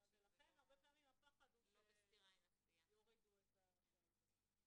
ולכן הרבה פעמים הפחד הוא שיורידו את השלטר.